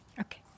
Okay